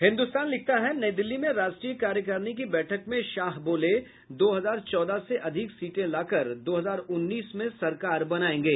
हिन्दुस्तान लिखता है नई दिल्ली में राष्ट्रीय कार्यकारिणी की बैठक में शाह बोले दो हजार चौदह से अधिक सीटे लाकर दो हजार उन्नीस में सरकार बनायेंगे